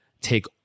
take